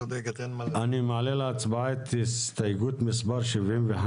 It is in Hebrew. אוקיי, אני מעלה להצבעה את הסתייגות מספר 69